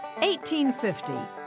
1850